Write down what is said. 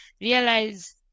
realize